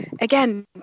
again